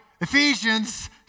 Ephesians